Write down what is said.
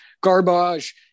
Garbage